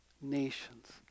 nations